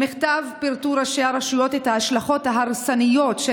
במכתב פירטו ראשי הרשויות את ההשלכות ההרסניות של